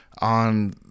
on